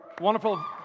wonderful